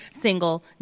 single